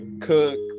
cook